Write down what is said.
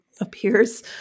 appears